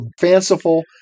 fanciful